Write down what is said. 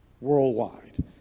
worldwide